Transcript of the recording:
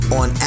on